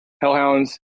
Hellhounds